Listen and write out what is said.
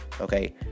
okay